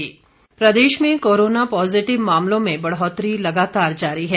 corona update प्रदेश में corona positive मामलों में बढौतरी लगातार जारी है